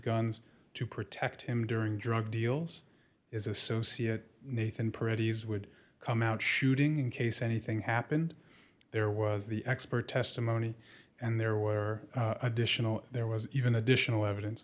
guns to protect him during drug deals is associate paradies would come out shooting in case anything happened there was the expert testimony and there were additional there was even additional evidence